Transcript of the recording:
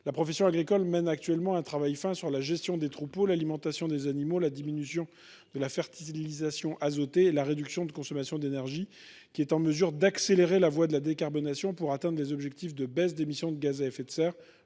La profession agricole mène actuellement un travail fin sur la gestion des troupeaux, l’alimentation des animaux, la diminution de la fertilisation azotée et la réduction des consommations d’énergie, qui est en mesure d’accélérer la voie de la décarbonation pour atteindre les objectifs de baisse d’émissions de gaz à effet de serre